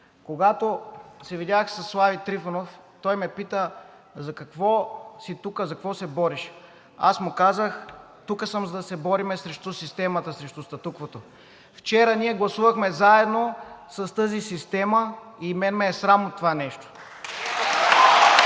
Когато се видях със Слави Трифонов, той ме пита: „За какво си тук, за какво се бориш?“ Аз му казах: „Тук съм, за да се борим срещу системата, срещу статуквото.“ Вчера ние гласувахме заедно с тази система и мен ме е срам от това нещо. (Народните